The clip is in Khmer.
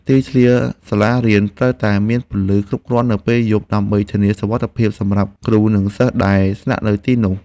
ទីធ្លាសាលារៀនត្រូវតែមានពន្លឺគ្រប់គ្រាន់នៅពេលយប់ ដើម្បីធានាសុវត្ថិភាពសម្រាប់គ្រូនិងសិស្សដែលស្នាក់នៅទីនោះ។